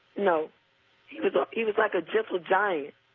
you know he was he was like a gentle giant.